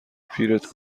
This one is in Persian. پیرت